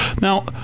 now